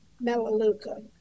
melaleuca